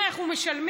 אם אנחנו משלמים,